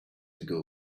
ago